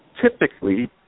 typically